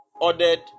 ordered